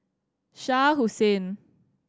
Shah Hussain